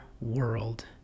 world